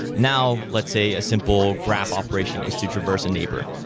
now, let's say a simple graph operation is to traverse a neighbor,